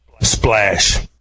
Splash